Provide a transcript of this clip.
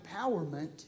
empowerment